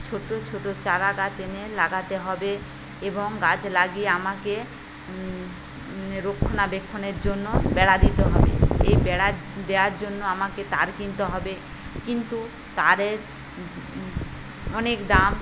ছোট ছোট চারাগাছ এনে লাগাতে হবে এবং গাছ লাগিয়ে আমাকে রক্ষণাবেক্ষণের জন্য বেড়া দিতে হবে এই বেড়া দেওয়ার জন্য আমাকে তার কিনতে হবে কিন্তু তারের অনেক দাম